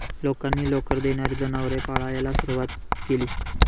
लोकांनी लोकर देणारी जनावरे पाळायला सुरवात केली